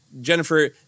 Jennifer